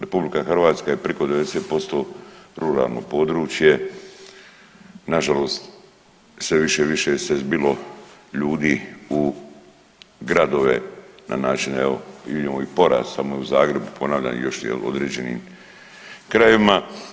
RH je priko 90% ruralno područje, nažalost sve više i više se zbilo ljudi u gradove na način evo i vidimo i porast samo je u Zagrebu ponavljam još je i u određenim krajevima.